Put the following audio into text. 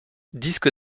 disque